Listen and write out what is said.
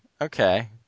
Okay